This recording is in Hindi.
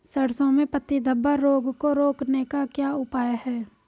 सरसों में पत्ती धब्बा रोग को रोकने का क्या उपाय है?